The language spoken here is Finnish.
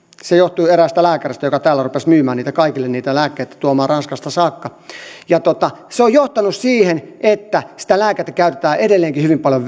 se johtui eräästä lääkäristä joka täällä rupesi myymään kaikille niitä lääkkeitä tuomaan ranskasta saakka se on johtanut siihen että sitä lääkettä käytetään edelleenkin hyvin paljon